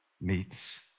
meets